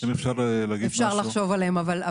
שאפשר לחשוב עליהן.